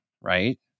right